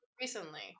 recently